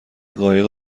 قایق